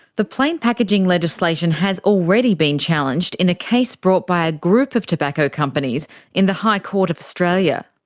the plain packaging legislation has already been challenged in a case brought by a group of tobacco companies in the high court of australia.